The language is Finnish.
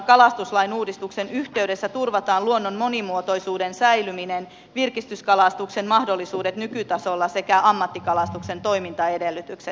kalastuslain uudistuksen yhteydessä turvataan luonnon monimuotoisuuden säilyminen virkistyskalastuksen mahdollisuudet nykytasolla sekä ammattikalastuksen toimintaedellytykset